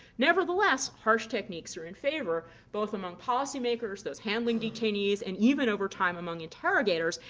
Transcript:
nevertheless, harsh techniques are in favor both among policymakers, those handling detainees, and even over time among interrogators,